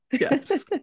yes